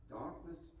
darkness